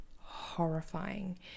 horrifying